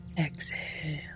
exhale